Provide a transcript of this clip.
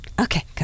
Okay